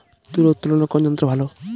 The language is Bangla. তুলা উত্তোলনে কোন যন্ত্র ভালো?